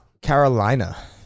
Carolina